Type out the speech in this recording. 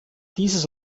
dieses